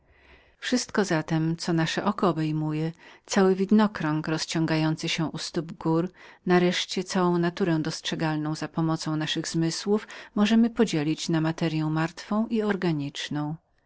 wszystko zatem co nasze oko obejmuje cały widokrąg rozciągający się u stóp gór nareszcie całą naturę dostrzegalną za pomocą naszych zmysłów możemy podzielić na materyę martwą i organiczną